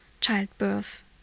childbirth